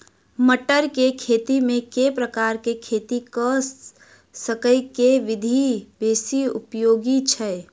मटर केँ खेती मे केँ प्रकार केँ खेती करऽ केँ विधि बेसी उपयोगी छै?